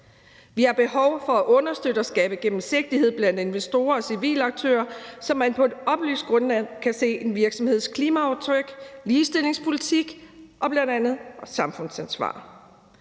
Vi har behov for at understøtte og skabe gennemsigtighed blandt investorer og civile aktører, så man på et oplyst grundlag kan se bl.a. en virksomheds klimaaftryk, ligestillingspolitik og samfundsansvar.